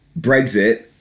Brexit